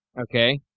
Okay